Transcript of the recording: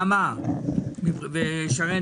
נעמה ושרן,